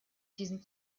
diesen